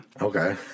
Okay